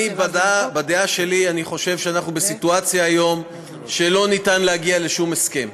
בדעה שלי אני חושב שאנחנו היום בסיטואציה שבה לא ניתן להגיע לשום הסכם,